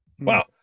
Wow